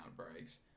outbreaks